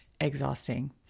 exhausting